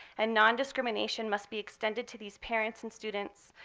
and non-discrimination must be extended to these parents and students.